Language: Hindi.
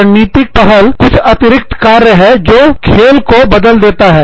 रणनीतिक पहल कुछ अतिरिक्त कार्य हैं जो खेल को बदल देता है